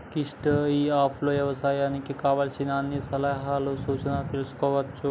క్రిష్ ఇ అప్ లో వ్యవసాయానికి కావలసిన అన్ని సలహాలు సూచనలు తెల్సుకోవచ్చు